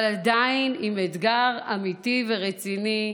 אבל עדיין עם אתגר אמיתי ורציני: